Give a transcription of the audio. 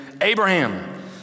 Abraham